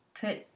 put